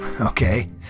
Okay